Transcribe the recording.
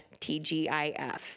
TGIF